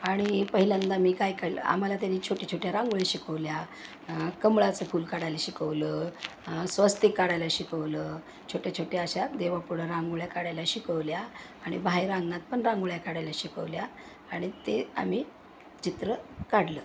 आणि पहिल्यांदा मी काय काढलं आम्हाला त्यांनी छोट्याछोट्या रांगोळ्या शिकवल्या कमळाचं फूल काढायला शिकवलं स्वस्तिक काढायला शिकवलं छोट्याछोट्या अशा देवापुढं रांगोळ्या काढायला शिकवल्या आणि बाहेर अंगणात पण रांगोळ्या काढायला शिकवल्या आणि ते आम्ही चित्र काढलं